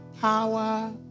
power